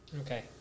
Okay